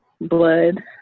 blood